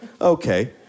Okay